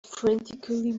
frantically